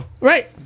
Right